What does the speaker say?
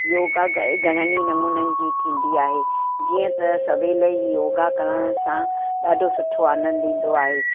योगा घ घणन ई नमुननि जी थींदी आहे जीअं त सवेल ई योगा करण सां ॾाढो सुठो आनंद ईंदो आहे